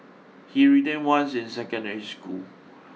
he retained once in secondary school